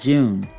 June